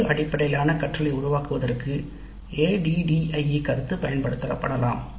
விளைவு அடிப்படையிலான கற்றலை உருவாக்குவதற்கு ADDIE கருத்து பயன்படுத்தப்படலாம்